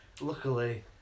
luckily